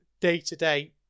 day-to-day